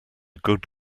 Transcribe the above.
good